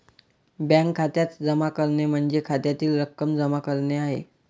bank खात्यात जमा करणे म्हणजे खात्यातील रक्कम जमा करणे आहे